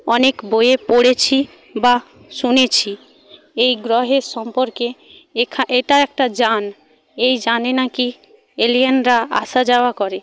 অনেক বইয়ে পড়েছি বা শুনেছি এই গ্রহের সম্পর্কে এখা এটা একটা যান এই যানে নাকি এলিয়েনরা আসা যাওয়া করে